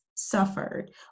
suffered